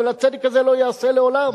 אבל הצדק הזה לא ייעשה לעולם.